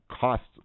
costs